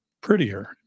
prettier